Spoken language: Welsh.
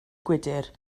gwydr